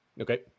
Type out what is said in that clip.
Okay